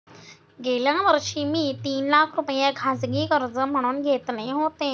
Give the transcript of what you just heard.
गेल्या वर्षी मी तीन लाख रुपये खाजगी कर्ज म्हणून घेतले होते